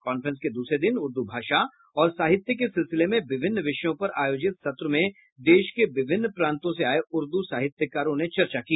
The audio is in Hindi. कॉन्फ्रेंस के दूसरे दिन उर्दू भाषा और साहित्य के सिलसिले में विभिन्न विषयों पर आयोजित सत्र में देश के विभिन्न प्रांतों से आये उर्दू साहित्यकारों ने चर्चा की